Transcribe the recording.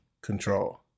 control